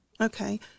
Okay